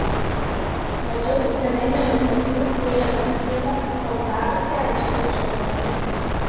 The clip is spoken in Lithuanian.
mačiau tik cementinius laiptus vėliavos stiebą ir parudavusią aikštės žolę